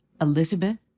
Elizabeth